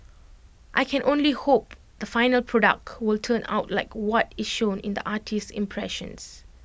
I can only hope the final product will turn out like what is shown in the artist's impressions